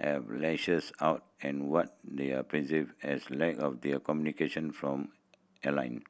have lashes out at what they are perceived as lack of their communication from airline